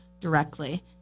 directly